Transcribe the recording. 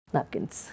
Napkins